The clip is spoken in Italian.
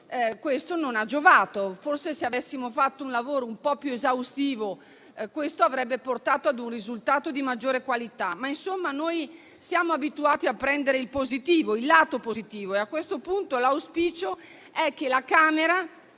non ha giovato; forse, se avessimo fatto un lavoro un po' più esaustivo, si sarebbe arrivati a un risultato di maggiore qualità, ma noi siamo abituati a prendere il lato positivo e a questo punto l'auspicio è che la Camera,